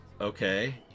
okay